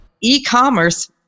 e-commerce